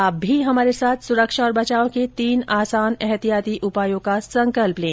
आप भी हमारे साथ सुरक्षा और बचाव के तीन आसान एहतियाती उपायों का संकल्प लें